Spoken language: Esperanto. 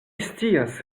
scias